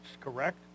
correct